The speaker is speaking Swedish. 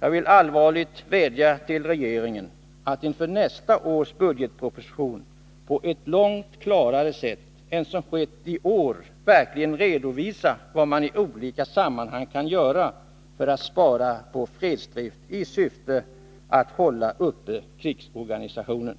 Jag vill allvarligt vädja till regeringen att inför nästa års budgetproposition på ett långt klarare sätt än som skett i år verkligen redovisa vad man i olika sammanhang kan göra för att spara på fredsdrift i syfte att hålla uppe krigsorganisationen.